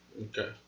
Okay